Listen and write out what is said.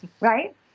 Right